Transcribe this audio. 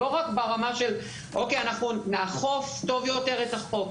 לא רק ברמה: אוקיי, נאכוף יותר טוב את החוק.